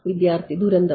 വിദ്യാർത്ഥി ദുരന്തം